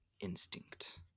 instinct